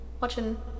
Watching